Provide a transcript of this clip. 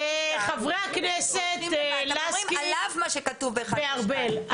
חברי הכנסת לסקי וארבל,